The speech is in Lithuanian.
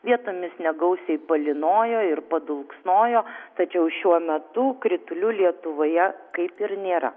vietomis negausiai palynojo ir padulksnojo tačiau šiuo metu kritulių lietuvoje kaip ir nėra